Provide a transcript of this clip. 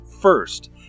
first